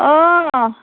অঁ